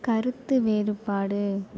கருத்து வேறுபாடு